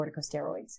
corticosteroids